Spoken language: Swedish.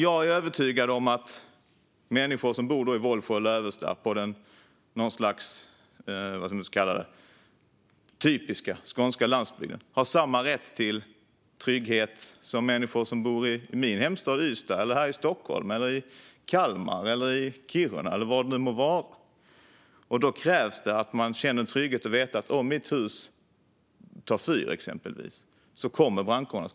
Jag är övertygad om att människor som bor i Vollsjö och Lövestad, på den typiska skånska landsbygden, ska ha samma rätt till trygghet som människor som bor i min hemstad Ystad, i Stockholm, i Kalmar, i Kiruna eller var det nu må vara. Då krävs det att man känner trygghet och vet att om ens hus tar fyr, exempelvis, kommer brandkåren.